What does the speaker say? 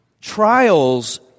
trials